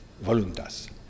voluntas